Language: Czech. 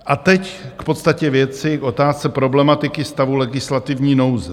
A teď k podstatě věci, k otázce problematiky stavu legislativní nouze.